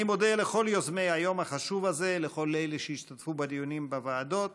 אני מודה לכל יוזמי היום החשוב הזה ולכל אלה שהשתתפו בדיונים בוועדות,